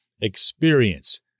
experience